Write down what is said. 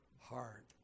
heart